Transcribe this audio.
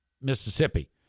Mississippi